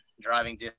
driving